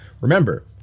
Remember